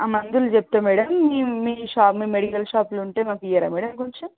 ఆ మందులు చెప్తాను మేడం మీ మెడికల్ షాపులో ఉంటే మాకు ఇవ్వరా మేడం కొంచెం